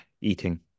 eating